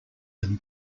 them